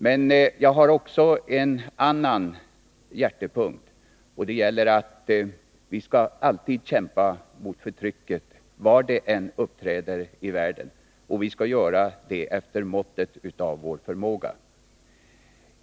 Men jag har också en annan utrikespolitisk hjärtefråga. Den handlar om att vi alltid skall kämpa mot förtryck, var det än uppträder i världen, och göra det efter måttet av vår förmåga.